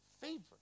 Favor